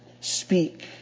speak